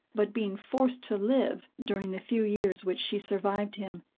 but being forced to live, during the few years which she survived him,